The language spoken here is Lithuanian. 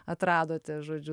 atradote žodžiu